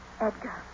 Edgar